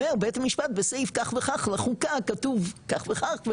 אומר בית המשפט בסעיף כך וכך לחוקה הכתוב כך וכך,